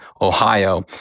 Ohio